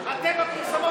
זה מה שהיה